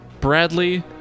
Bradley